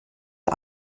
der